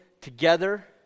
together